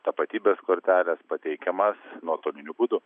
tapatybės kortelės pateikiamas nuotoliniu būdu